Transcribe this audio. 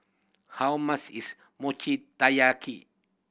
how much is Mochi Taiyaki